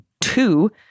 two